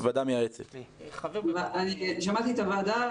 שמעתי את הוועדה.